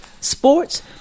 sports